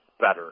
better